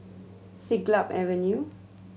Siglap Avenue